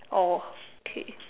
oh K